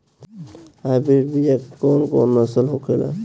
Hybrid बीया के कौन कौन नस्ल होखेला?